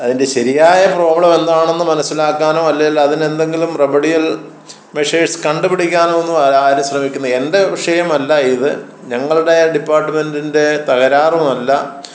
അതിൻ്റെ ശരിയായ പ്രോബ്ലം എന്താണെന്ന് മനസ്സിലാക്കാനോ അല്ലെങ്കിൽ അതിനെന്തെങ്കിലും റെമഡികൾ മെഷീൻസ് കണ്ട് പിടിക്കാനോ ഒന്നും ആരും ശ്രമിക്കുന്നില്ല എൻ്റെ വിഷയമല്ല ഇത് ഞങ്ങളുടെ ഡിപ്പാർട്മെൻറ്റിൻ്റെ തകരാറുമല്ല